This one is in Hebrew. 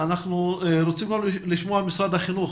אנחנו רוצים לשמוע את משרד החינוך.